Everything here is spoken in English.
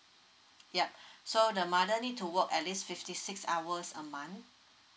yup so the mother need to work at least fifty six hours a month